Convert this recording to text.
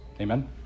amen